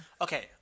Okay